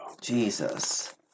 Jesus